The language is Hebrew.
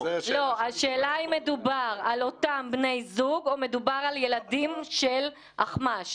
השאלה היא אם מדובר על אותם בני זוג או מדובר על ילדים של אחמ"ש.